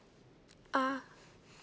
ah